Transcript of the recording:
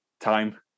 time